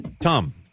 Tom